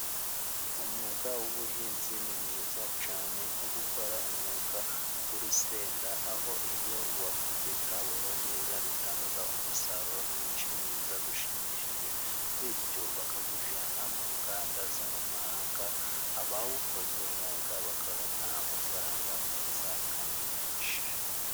Umwuga w'ubuhinzi ni mwiza cyane nko gukora umwuga w'urusenda aho iyo wawitayeho neza rutanga umusaruro mwinshi, mwiza ,ushimishije, bityo bakawujyana mu nganda zo mu mahanga ,abawukoze uwo mwuga, bakaronka amafaranga meza kandi menshi.